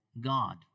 God